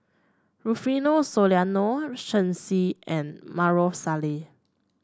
Rufino Soliano Shen Xi and Maarof Salleh